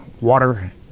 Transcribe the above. water